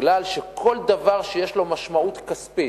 מפני שכל דבר שיש לו משמעות כספית,